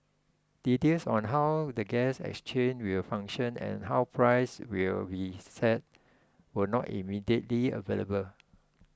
details on how the gas exchange will function and how prices will be set were not immediately available